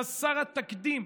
חסר התקדים,